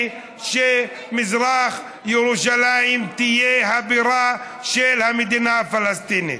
שמזרח ירושלים תהיה הבירה של המדינה הפלסטינית.